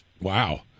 Wow